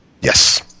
Yes